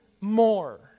more